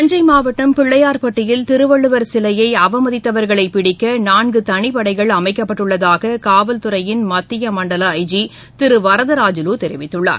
தஞ்சை மாவட்டம் பிள்ளையார்பட்டியில் திருவள்ளுவர் சிலையை அவமதித்தவர்களை பிடிக்க நான்கு தளிப்படைகள் அமைக்கப்பட்டுள்ளதாக காவல் துறையின் மத்திய மண்டல து ஐஜி திரு வரதராஜூலு தெரிவித்கள்ளார்